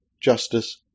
justice